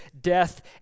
death